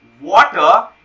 water